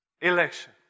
election